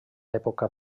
època